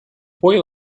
boy